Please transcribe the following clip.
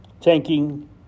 thanking